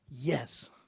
Yes